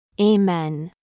Amen